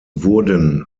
wurden